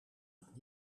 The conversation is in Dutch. het